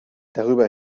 darüber